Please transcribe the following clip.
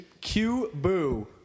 Q-boo